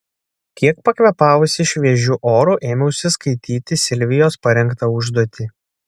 kiek pakvėpavusi šviežiu oru ėmiausi skaityti silvijos parengtą užduotį